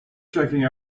checking